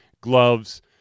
gloves